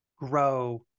grow